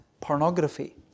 pornography